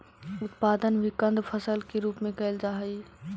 उत्पादन भी कंद फसल के रूप में कैल जा हइ